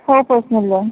हो personal loan